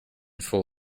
full